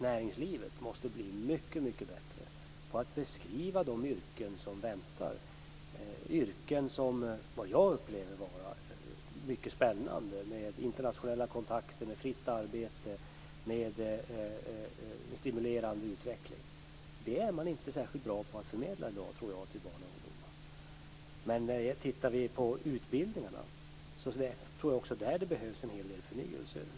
Näringslivet måste bli mycket bättre på att beskriva de yrken som väntar - yrken som jag upplever som mycket spännande. De innebär internationella kontakter, fritt arbete och en stimulerande utveckling. Jag tror att man i dag inte är särskilt bra på att förmedla detta till barn och ungdomar. Jag tror också att det behövs en hel del förnyelse i utbildningarna.